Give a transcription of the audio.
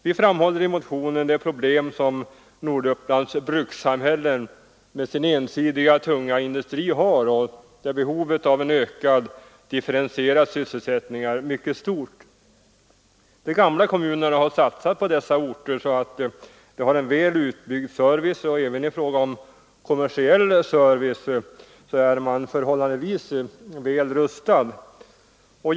Vi framhåller i motionen de problem som Nordupplands brukssamhällen med sin ensidiga tunga industri har; behovet av en ökad differentierad sysselsättning är där mycket stort. De gamla kommunerna har satsat på dessa orter, så att de har en väl utbyggd service, och även i fråga om kommersiell service är man förhållandevis väl rustad där.